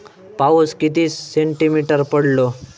पाऊस किती सेंटीमीटर पडलो?